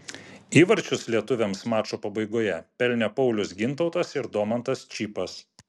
įvarčius lietuviams mačo pabaigoje pelnė paulius gintautas ir domantas čypas